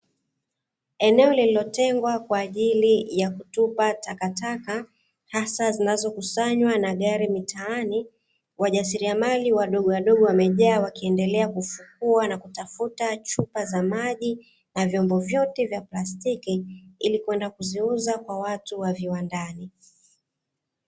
Eneo lililotengwa kwajili ya kutupa takataka hasa zinazokusanywa na gari mitaani, wajasiriamali wadogo wadogo wamejaa wakiendelea kufukua na kutafuta chupa za maji na vyombo vyote vya plastiki ili kuenda kuziuza kwa watu wa viwandani.